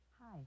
Hi